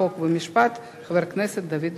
חוק ומשפט חבר הכנסת דוד רותם.